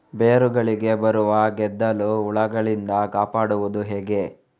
ಬೇರುಗಳಿಗೆ ಬರುವ ಗೆದ್ದಲು ಹುಳಗಳಿಂದ ಕಾಪಾಡುವುದು ಹೇಗೆ?